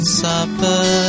supper